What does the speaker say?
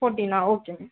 ஃபோர்டீன்னா okay ma'am